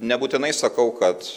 nebūtinai sakau kad